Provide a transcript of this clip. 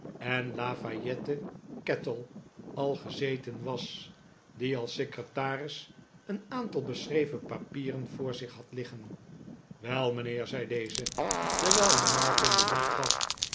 en lafayette kettle al gezeten was die als secretaris een aantal beschreven papieren voor zich had liggen wel mijnheer zei deze terwijl hij martin de hand gaf